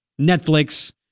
Netflix